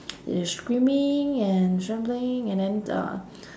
screaming and scrambling and then uh